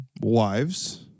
wives